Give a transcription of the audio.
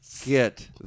Get